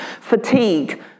fatigue